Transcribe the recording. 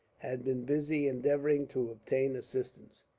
had been busy endeavouring to obtain assistance.